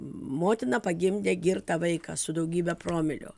motina pagimdė girtą vaiką su daugybe promilių